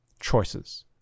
choices